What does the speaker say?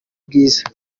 bwiza